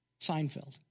Seinfeld